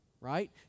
right